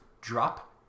drop